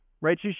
right